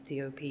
DOP